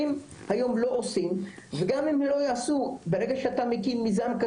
עוד נושאים שאנחנו מדברים עליהם זה בעצם מרכז נתונים.